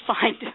find